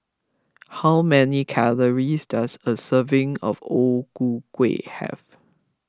how many calories does a serving of O Ku Kueh have